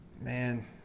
Man